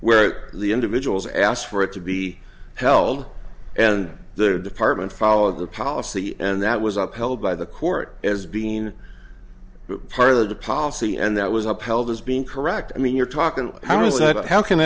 where the individuals asked for it to be held and the department followed the policy and that was upheld by the court as being part of the policy and that was upheld as being correct i mean you're talking how does that how can